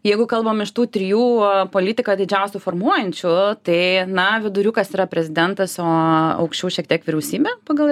jeigu kalbam iš tų trijų politiką didžiausių formuojančių tai na viduriukas yra prezidentas o aukščiau šiek tiek vyriausybė pagal